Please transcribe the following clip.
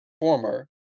former